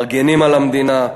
מגינים על המדינה.